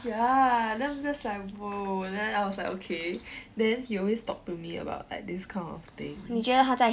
ya then I'm just like !whoa! then I was like okay then he always talked to me about like this kind of thing